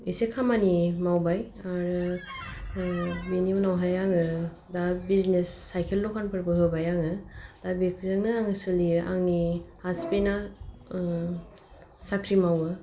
एसे खामानि मावबाय आरो बिनि उनावहाय आङो दा बिजनेस साइकेल दखानफोरबो होबाय आङो दा बेफोरजोंनो आङो सोलियो आंनि हासबेन्डा साख्रि मावो